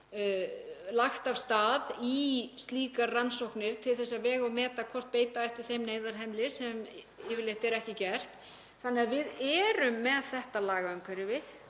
lagt af stað í slíkar rannsóknir til að vega og meta hvort beita ætti þeim neyðarhemli sem yfirleitt er ekki gert. Við erum með þetta lagaumhverfi